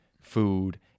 food